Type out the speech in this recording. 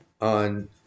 on